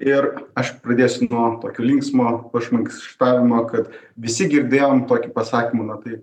ir aš pradėsiu nuo tokio linksmo pašmaikštavimo kad visi girdėjom tokį pasakymą kaip